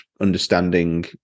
understanding